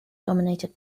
dominated